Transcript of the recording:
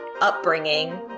upbringing